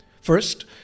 First